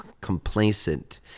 complacent